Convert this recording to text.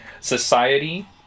Society